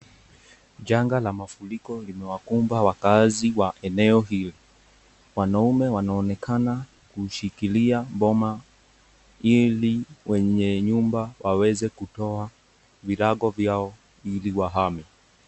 Janga la mafuriko imewakumba wakaazi wa eneo hili. Wanaume wanaonekana kushikilia boma ili wenye nyumba waweze kutoa virago vyao ili waame.